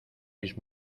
mis